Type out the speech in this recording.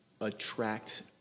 attract